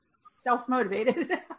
self-motivated